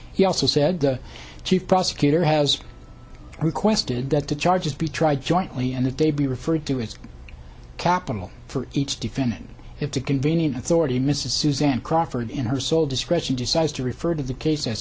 he also said the chief prosecutor has requested that the charges be tried jointly and the day be referred to as capital for each defendant if the convening authority mrs suzanne crawford in her sole discretion decides to refer to the case